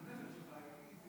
חבריי חברי הכנסת,